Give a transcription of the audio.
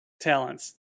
talents